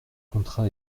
contrat